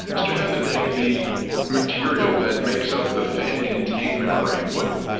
mr. habedank, the material that makes up the fan containment ring, what,